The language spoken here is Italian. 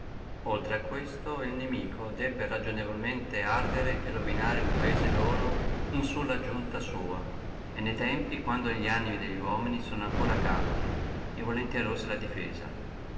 oltre a questo el nimico ragionevolmente debba ardere e ruinare el paese in sulla sua giunta e ne tempi quando li animi delli uomini sono ancora caldi e volenterosi alla difesa